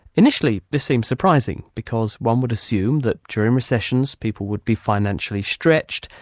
initially this seemed surprising, because one would assume that during recessions people would be financially stretched,